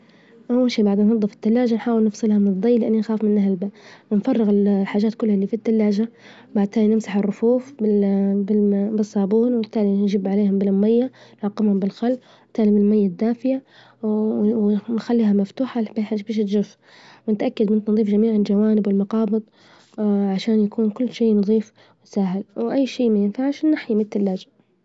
أول شي بعد أنظف التلاجة نحاول نفصلها من الظي لأني أخاف منه هلبا، ونفرغ الحاجات كلها إللي في التلاجة، بعد كدا نمسح الرفوف بالصابون وبالتالي نجب عليهم بالماية نعقمهم بالخل تالي من المية الدافية ونخليها مفتوحة باش تجف ونتأكد من تنظيف جميع جوانب المجابظ عشان يكون كل شي نظيف وسهل واي شي ما ينفعش نحيه من الثلاجة.